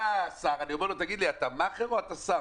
בא השר, אני אומר לו: אתה מאכער או אתה שר?